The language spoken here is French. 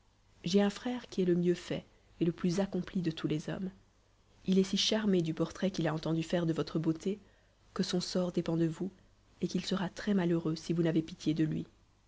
j'ai un frère qui est le mieux fait et le plus accompli de tous les hommes il est si charmé du portrait qu'il a entendu faire de votre beauté que son sort dépend de vous et qu'il sera très-malheureux si vous n'avez pitié de lui